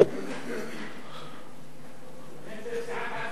סיעת העצמאות.